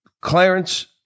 Clarence